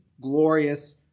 glorious